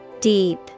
Deep